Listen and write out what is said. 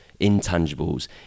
intangibles